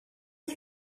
ich